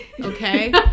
Okay